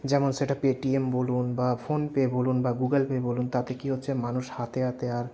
যেমন সেটা পেটিএম বলুন বা ফোনপে বলুন বা গুগল পে বলুন তাতে কি হচ্ছে মানুষ হাতে হাতে আর